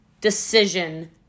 decision